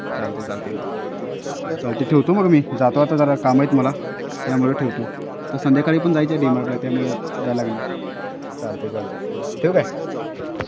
चालतं आहे चालतं आहे चालतं आहे ठेवतो मग मी जातो आता जरा काम आहेत मला त्यामुळं ठेवतो तर संध्याकाळी पण जायचं आहे डीमार्टला त्यामुळं जायला लागणार चालतं आहे चालतं आहे ठेव काय